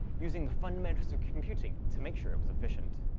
using the fundamentals of computing to make sure it was efficient.